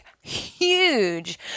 huge